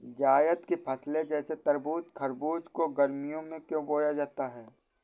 जायद की फसले जैसे तरबूज़ खरबूज को गर्मियों में क्यो बोया जाता है?